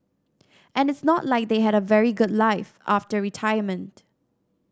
and it's not like they had a very good life after retirement